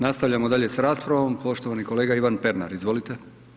Nastavljamo dalje s raspravom poštovani kolega Ivan Pernar, izvolite.